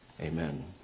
Amen